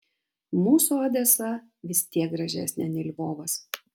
mūsų odesa vis tiek gražesnė nei lvovas